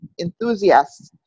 enthusiasts